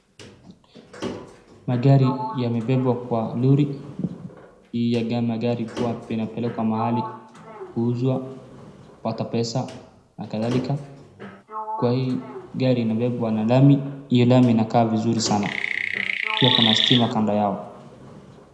Magari yamebebwa kwa lori ya magari yanapelekwa mahali kuuzwa kupata pesa na kadhalika. Kwa hii gari inabebwa na lami hiyo lami inakaa vizuri sana. Pia kuna stima kando yao.